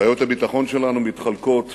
בעיות הביטחון שלנו מתחלקות